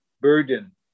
burden